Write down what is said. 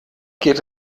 geht